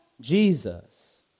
Jesus